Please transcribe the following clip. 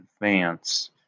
advance